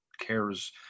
cares